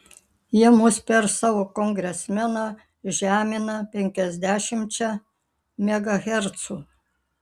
jie mus per savo kongresmeną žemina penkiasdešimčia megahercų